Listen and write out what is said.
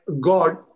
God